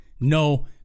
No